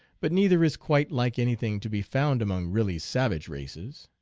but neither is quite like anything to be found among really savage races.